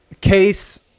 case